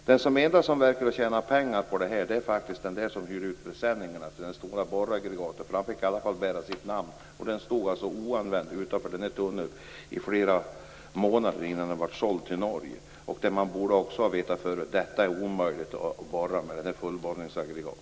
Den enda som tycks ha tjänat pengar på detta är den som hyrde ut presenningar till det stora borraggregatet. Det stod oanvänt utanför tunneln i flera månader innan det såldes till Norge. Man borde ha vetat att det var omöjligt att använda fullborrningsaggregat.